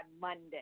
Monday